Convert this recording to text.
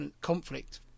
conflict